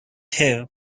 here